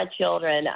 children